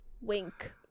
Wink